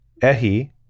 Ehi